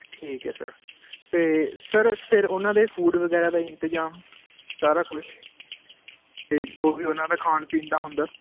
ਠੀਕ ਹੈ ਸਰ ਅਤੇ ਸਰ ਫਿਰ ਉਹਨਾਂ ਦੇ ਫੂਡ ਵਗੈਰਾ ਦਾ ਇੰਤਜ਼ਾਮ ਸਾਰਾ ਕੁਛ ਅਤੇ ਜੋ ਵੀ ਉਹਨਾਂ ਦਾ ਖਾਣ ਪੀਣ ਦਾ ਹੁੰਦਾ